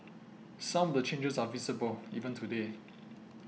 some of the changes are visible even today